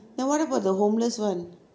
then what about the homeless [one]